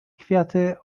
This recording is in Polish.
kwiaty